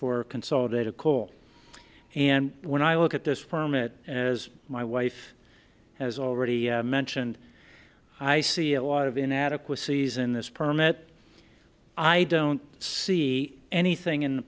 for consolidated coal and when i look at this permit as my wife has already mentioned i see a lot of inadequacies in this permit i don't see anything